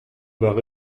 war